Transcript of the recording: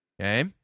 Okay